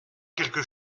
quelque